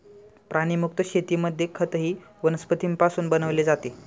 प्राणीमुक्त शेतीमध्ये खतही वनस्पतींपासून बनवले जाते